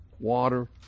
water